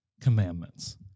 commandments